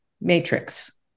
matrix